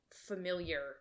familiar